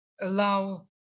allow